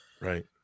right